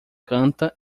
canta